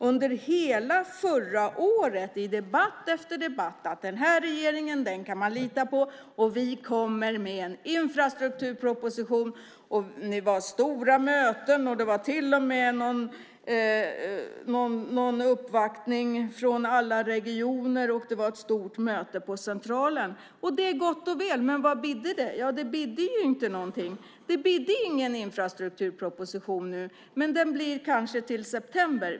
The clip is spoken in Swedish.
Under hela året har man i debatt efter debatt sagt att den här regeringen kan man lita på. Vi kommer med en infrastrukturproposition. Det var stora möten, och det var till och med någon uppvaktning från alla regioner. Det var ett stort möte på Centralen. Det är gott och väl, men vad bidde det? Det bidde ju ingenting. Det bidde ingen infrastrukturproposition nu, men det blir kanske till september.